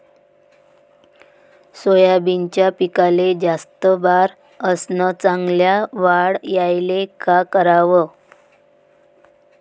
सोयाबीनच्या पिकाले जास्त बार अस चांगल्या वाढ यायले का कराव?